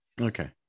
Okay